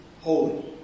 holy